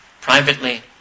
privately